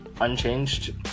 unchanged